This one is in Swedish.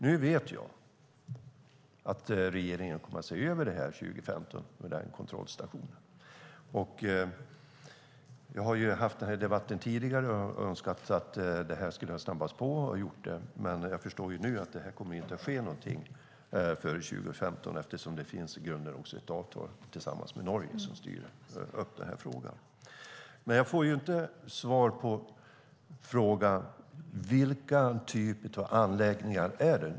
Nu vet jag att regeringen kommer att se över det här vid kontrollstationen 2015. Jag har ju fört debatten tidigare och önskat att det här skulle ha snabbats på, men jag förstår nu att det inte kommer att ske någonting förrän 2015, eftersom det i grunden också finns ett avtal tillsammans med Norge som styr upp den här frågan. Men jag får ju inte svar på frågan vilken typ av anläggningar det är.